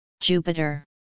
Jupiter